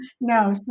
No